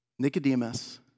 Nicodemus